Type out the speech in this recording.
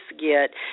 get